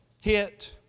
hit